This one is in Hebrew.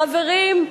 חברים,